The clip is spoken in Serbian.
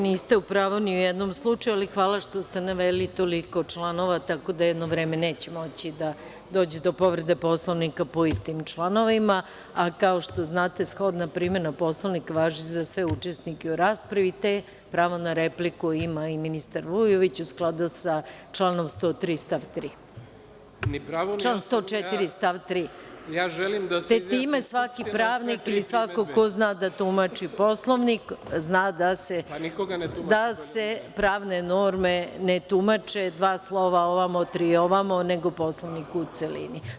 Niste u pravu ni u jednom slučaju, ali hvala što ste naveli toliko članova, tako da jedno vreme neće moći da dođe do povrede Poslovnika po istim članovima, a kao što znate, shodna primena Poslovnika važi za sve učesnike u raspravi, te pravo na repliku ima i ministar Vujović u skladu sa članom 104. stav 3. (Nemanja Šarović: Želim da se izjasni Skupština o sve tri primedbe.) Te time, svaki pravnik ili svako ko zna da tumači Poslovnik zna da se pravne norme ne tumače dva slova ovamo, tri ovamo, nego Poslovnik u celini.